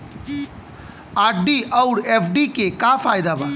RD आउर FD के का फायदा बा?